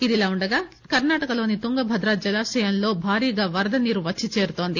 ఇదిలా ఉండగా కర్పాటకలోని తుంగభద్ర జలాశయంలో భారీగా వరద నీరు వచ్చి చేరుతోంది